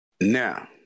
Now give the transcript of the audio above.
Now